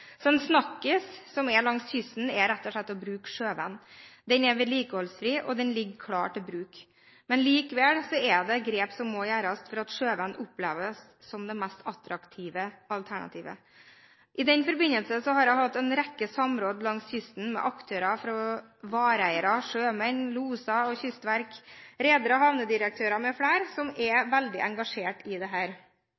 langs kysten er rett og slett å bruke sjøveien. Den er vedlikeholdsfri, og den ligger klar til bruk. Men likevel er det grep som må gjøres for at sjøveien oppleves som det mest attraktive alternativet. I den forbindelse har jeg hatt en rekke samråd langs kysten med aktører fra vareeiere, sjømenn, loser og kystverk, redere, havnedirektører m.fl. som er